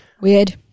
Weird